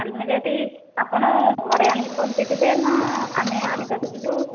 ଆଲମିରାଟି ଆପଣ ଘରେ ଆଣିକି ପହଞ୍ଚେଇ ଦେବେ ନା ଆମେ ଆଣିବାକୁ ଯିବୁ